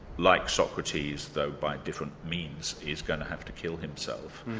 like socrates, though by different means, is going to have to kill himself,